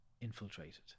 infiltrated